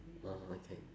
orh okay